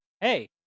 hey